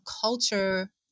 culture